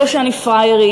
לא שאני פראיירית,